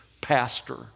pastor